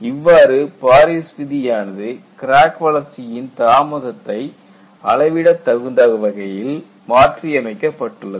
இவ்வாறு பாரிஸ் விதியானது கிராக் வளர்ச்சியின் தாமதத்தை அளவிட தகுந்த வகையில் மாற்றியமைக்கப்பட்டுள்ளது